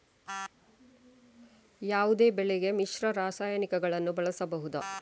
ಯಾವುದೇ ಬೆಳೆಗೆ ಮಿಶ್ರ ರಾಸಾಯನಿಕಗಳನ್ನು ಬಳಸಬಹುದಾ?